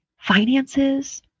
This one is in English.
finances